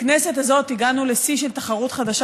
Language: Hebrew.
בכנסת הזאת הגענו לשיא של תחרות חדשה